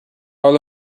all